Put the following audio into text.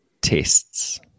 tests